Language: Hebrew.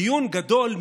דיון גדול,